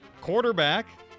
Quarterback